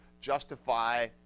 justify